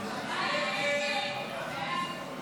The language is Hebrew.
הסתייגות 11 לא